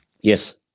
Yes